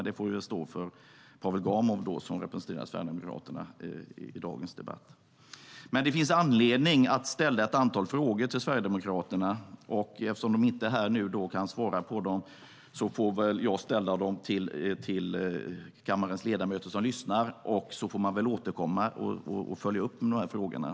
Det får dock stå för Pavel Gamov, som representerade Sverigedemokraterna i dagens debatt. Det finns anledning att ställa ett antal frågor till Sverigedemokraterna, och eftersom de inte är här och kan svara på dem får jag väl ställa dem till kammarens ledamöter som lyssnar. Vi får återkomma och följa upp frågorna.